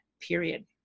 period